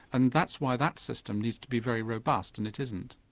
and that's why that system needs to be very robust and it isn't.